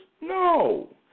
No